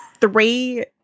three